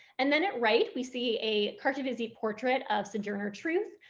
and then at right we see a carte-de-visite portrait of sojourner truth,